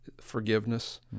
forgiveness